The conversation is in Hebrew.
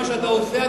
מה שאתה עושה,